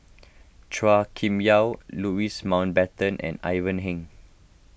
Chua Kim Yeow Louis Mountbatten and Ivan Heng